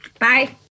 Bye